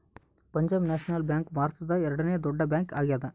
ಪಂಜಾಬ್ ನ್ಯಾಷನಲ್ ಬ್ಯಾಂಕ್ ಭಾರತದ ಎರಡನೆ ದೊಡ್ಡ ಬ್ಯಾಂಕ್ ಆಗ್ಯಾದ